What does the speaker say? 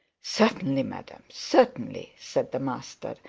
certainly, madam, certainly said the master,